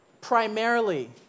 primarily